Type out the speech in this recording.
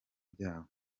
byabo